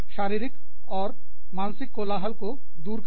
शारीरिक और मानसिक कोलाहल को दूर करे